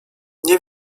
nie